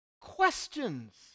questions